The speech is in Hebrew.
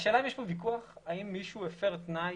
השאלה אם יש כאן ויכוח האם מישהו הפר תנאי